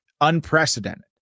unprecedented